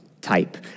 type